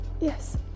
Yes